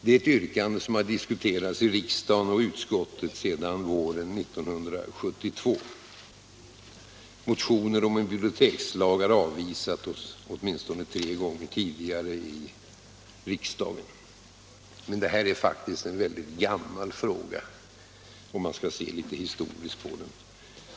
Det är ett yrkande som har diskuterats i riksdagen och utskottet sedan våren 1972. Motioner om en bibliotekslag har avvisats åtminstone tre gånger tidigare i riksdagen. Men det här är faktiskt en väldigt gammal fråga, om man skall se litet historiskt på den.